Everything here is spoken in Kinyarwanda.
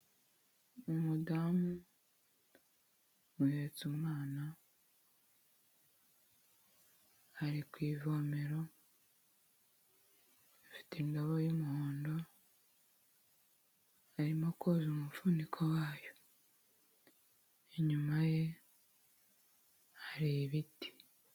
Umudamu uhetse umwana ari ku ivomero, afite indobo y'umuhondo, arimo koza umufuniko wayo, inyuma ye hari ibiti.